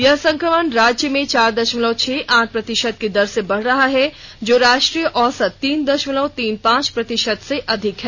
यह संक्रमण राज्य में चार दशमलव छह आठ प्रतिशत की दर से बढ़ रहा है जो राष्ट्रीय औसत तीन दशमलव तीन पांच प्रतिशत से अधिक है